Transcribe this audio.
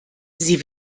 sie